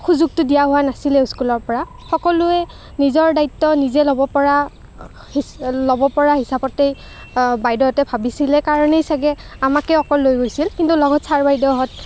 সুযোগটো দিয়া হোৱা নাছিলে স্কুলৰপৰা সকলোৱে নিজৰ দায়িত্ব নিজে ল'ব পৰা ল'ব পৰা হিচাপতে বাইদেউহঁতে ভাবিছিলে কাৰণেই চাগে আমাকে অকল লৈ গৈছিল কিন্তু লগত ছাৰ বাইদেউহঁত